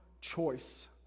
choice